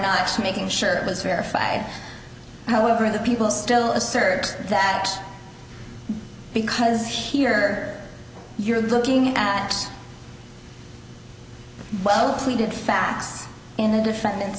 not making sure it was verified however the people still assert that because here you're looking at well we did facts in the defendant's